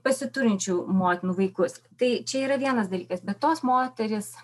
pasiturinčių motinų vaikus tai čia yra vienas dalykas bet tos moterys